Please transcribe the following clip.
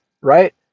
right